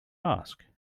ask